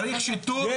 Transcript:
צריך שיטור,